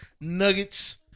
Nuggets